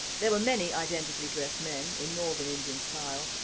there were many identically dressed men, in northern indian style,